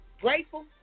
grateful